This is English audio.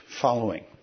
following